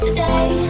Today